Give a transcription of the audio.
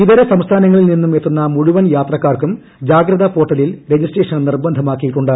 ഇതര സംസ്ഥാനങ്ങളിൽ നിന്നും എത്തുന്ന മുഴുവൻ യാത്രക്കാർക്കും ജാഗ്രതാ പോർട്ടലിൽ രജിസ്ട്രേഷൻ നിർബന്ധമാക്കിയിട്ടുണ്ട്